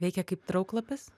veikia kaip trauklapis